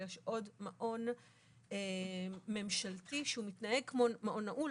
ויש עוד מעון ממשלתי שמתנהג כמו מעון נעול,